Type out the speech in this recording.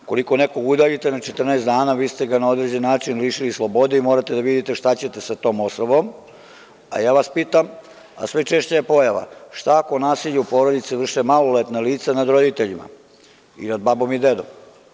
Ukoliko nekoga udaljite na 14 dana, vi ste ga na određen način lišili slobode i morate da vidite šta ćete sa tom osobom, a ja vas pitam i sve češća je pojava, šta ako nasilje u porodici vrše maloletna lica nad roditeljima, i babom i dedom?